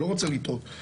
אני לא רוצה לטעות,